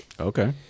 okay